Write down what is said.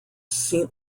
sint